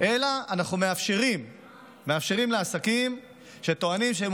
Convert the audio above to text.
אלא אנחנו מאפשרים לעסקים שטוענים שהם